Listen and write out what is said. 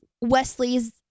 Wesley's